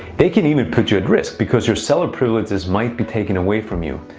they can even put you at risk because your seller privileges might be taken away from you.